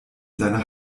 seiner